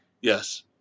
Yes